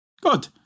Good